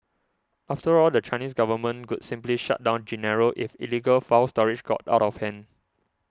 after all the Chinese government could simply shut down Genaro if illegal file storage got out of hand